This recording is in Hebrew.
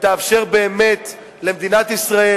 ותאפשר באמת למדינת ישראל,